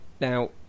now